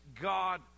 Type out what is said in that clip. God